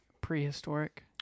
prehistoric